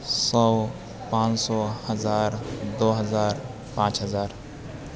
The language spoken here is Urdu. سو پانچ سو ہزار دو ہزار پانچ ہزار